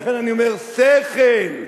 לכן אני אומר: שכל,